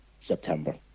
September